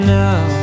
now